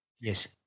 Yes